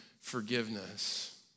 forgiveness